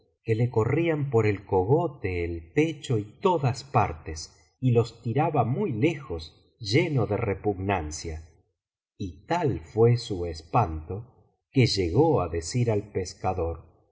que le corrían por el cogote el pecho y todas partes y los tiraba muy lejos lleno de repugnancia y tal fué su espanto que llegó á decir al pescador